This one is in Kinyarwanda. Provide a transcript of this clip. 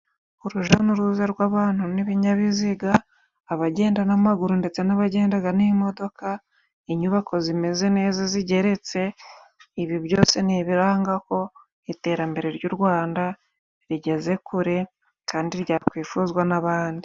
Urujya nuruza rw'abantu n'ibinyabiziga abagenda n'amaguru ndetse n'abagendaga n'imodoka inyubako zimeze neza zigeretse ibi byose ni ibiranga ko iterambere ry'urwanda rigeze kure kandi ryakwifuzwa n'abandi.